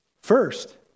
first